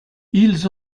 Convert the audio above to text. ils